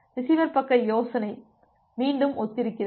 எனவே ரிசீவர் பக்க யோசனை மீண்டும் ஒத்திருக்கிறது